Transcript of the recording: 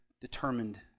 determined